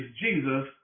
Jesus